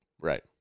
Right